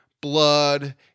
blood